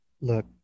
look